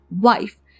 wife